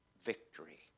victory